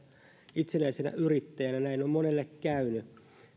itsenäisenä yrittäjänä näin on monelle käynyt